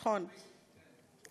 נכון,